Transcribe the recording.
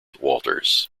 walters